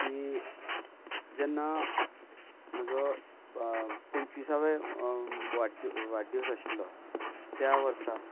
की जेन्ना म्हजो पंचवीसावे वाडदीस वाडदिवस आशिल्लो त्या वर्सा